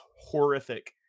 horrific